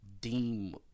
deem